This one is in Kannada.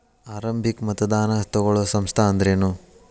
ಆರಂಭಿಕ್ ಮತದಾನಾ ತಗೋಳೋ ಸಂಸ್ಥಾ ಅಂದ್ರೇನು?